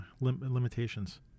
limitations